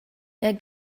der